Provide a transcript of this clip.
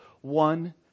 one